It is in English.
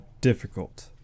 difficult